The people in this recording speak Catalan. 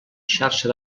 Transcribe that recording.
xarxa